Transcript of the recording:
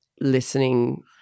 listening